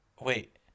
Wait